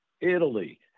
Italy